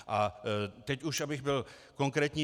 A teď už, abych byl konkrétní.